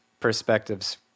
perspectives